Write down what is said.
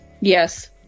yes